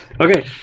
Okay